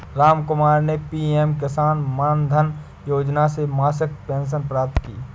रामकुमार ने पी.एम किसान मानधन योजना से मासिक पेंशन प्राप्त की